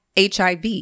HIV